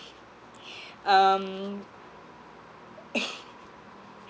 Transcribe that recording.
um